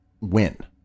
win